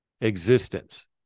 existence